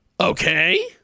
okay